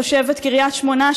תושבת קריית שמונה,